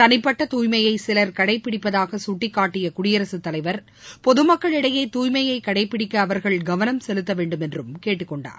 தனிப்பட்ட துய்மையை சிலர் கடைபிடிப்பதாக சுட்டிக்காட்டிய குடியரசுத்தலைவர் பொதுமக்களிடையே தூய்மையை கடைபிடிக்க அவர்கள் கவனம் செலுத்தவேண்டும் என்றும் கேட்டுக்கொண்டார்